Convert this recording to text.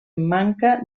manca